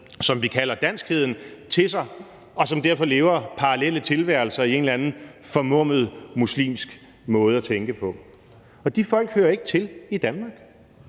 som vi kalder danskheden, til sig, og som derfor lever parallelle tilværelser i en eller anden formummet muslimsk måde at tænke på. Og de folk hører ikke til i Danmark.